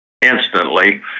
instantly